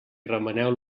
remeneu